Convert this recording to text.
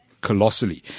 colossally